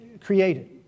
created